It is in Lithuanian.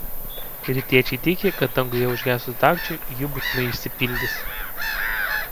rytiečiai tiki kad danguje užgesus dagčiui ji būtinai išsipildys